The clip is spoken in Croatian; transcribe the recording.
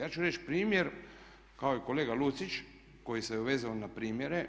Ja ću reći primjer kao i kolega Lucić koji se vezao na primjere.